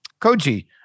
Koji